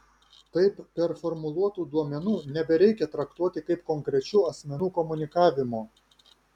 taip performuluotų duomenų nebereikia traktuoti kaip konkrečių asmenų komunikavimo